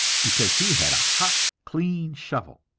because he had a hot, clean shovel.